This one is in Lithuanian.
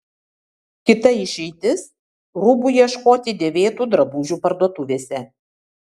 kita išeitis rūbų ieškoti dėvėtų drabužių parduotuvėse